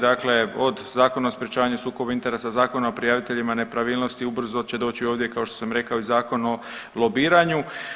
Dakle, od Zakona o sprječavanju sukoba interesa, Zakona o prijaviteljima nepravilnosti, ubrzo će doći ovdje kao što sam rekao i Zakon o lobiranju.